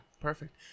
perfect